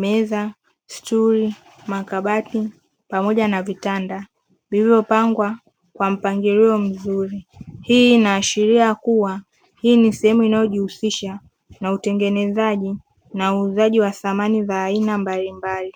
meza, stuli makabati pamoja na vitanda vilivyopangwa kwa mpangilio mzuri. hii inaashiria kuwa hii ni sehemu inayojihusisha na utengenezaji na uuzaji wa samani za aina mbalimbali.